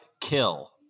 Kill